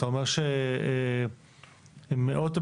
אתה אומר שמאות בניינים,